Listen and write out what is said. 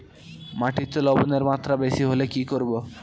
মাটিতে লবণের মাত্রা বেশি হলে কি করব?